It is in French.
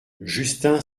justin